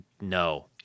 No